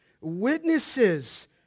Witnesses